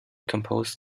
composed